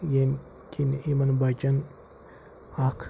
ییٚمہِ کِنۍ یِمَن بَچَن اَکھ